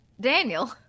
Daniel